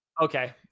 Okay